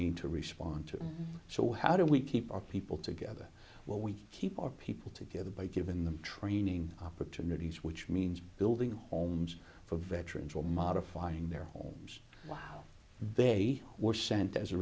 need to respond to so how do we keep our people together when we keep our people together by given them training opportunities which means building homes for veterans or modifying their homes while they were sent as a